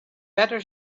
better